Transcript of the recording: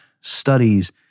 studies